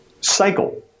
cycle